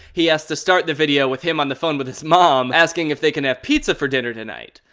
he has to start the video with him on the phone with his mom asking if they can have pizza for dinner tonight.